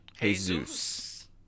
Jesus